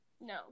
No